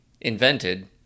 invented